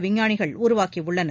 விஞ்ஞானிகள் உருவாக்கியுள்ளனர்